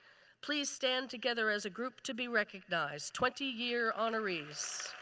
please stand together as a group to be recognized. twenty year honorees.